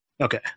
Okay